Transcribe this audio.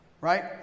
Right